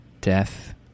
Death